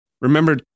remember